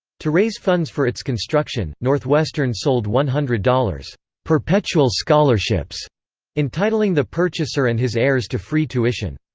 to raise funds for its construction, northwestern sold one hundred dollars perpetual scholarships entitling the purchaser and his heirs to free tuition.